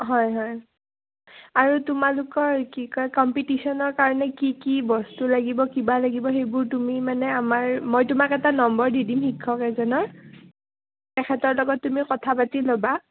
হয় হয় আৰু তোমালোকৰ কি কয় কম্পিটিশনৰ কাৰণে কি কি বস্তু লাগিব কিবা লাগিব সেইবোৰ তুমি মানে আমাৰ মই তোমাক এটা নম্বৰ দি দিম শিক্ষক এজনৰ তেখেতৰ লগত তুমি কথা পাতি ল'বা